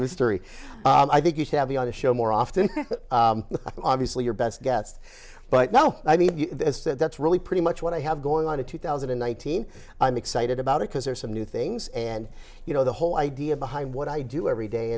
mystery story i think you should be on the show more often obviously your best guest but no i mean that's really pretty much what i have going on a two thousand and eighteen and excited about it because there are some new things and you know the whole idea behind what i do every day